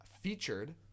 featured